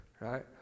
right